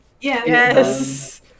Yes